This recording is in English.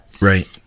Right